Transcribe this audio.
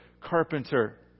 carpenter